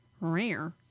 Rare